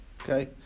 okay